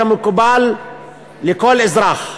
כמקובל לכל אזרח.